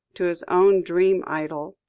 to his own dream idyll,